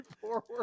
forward